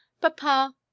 papa